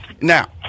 Now